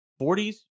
40s